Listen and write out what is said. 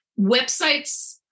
websites